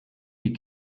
die